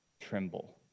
tremble